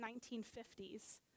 1950s